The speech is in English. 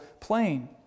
plane